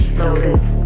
notice